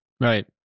right